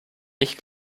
ich